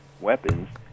weapons